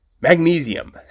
Magnesium